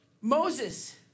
Moses